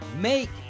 Make